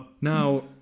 Now